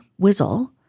whizzle